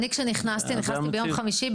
אני כשנכנסתי ביום חמישי,